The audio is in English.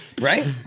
Right